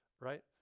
Right